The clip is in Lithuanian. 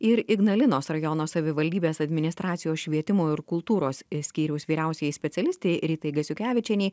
ir ignalinos rajono savivaldybės administracijos švietimo ir kultūros skyriaus vyriausiai specialistei ritai gasiukevičienei